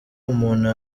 umuntu